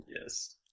Yes